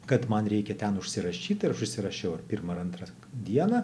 kad man reikia ten užsirašyt ir aš užsirašiau ar pirmą ar antrą dieną